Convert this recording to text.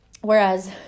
whereas